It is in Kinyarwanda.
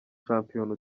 shampiyona